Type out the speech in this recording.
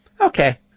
Okay